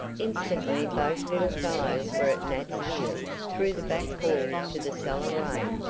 instantly both little fellows were at nat's heels, through the back hall to the cellar-way,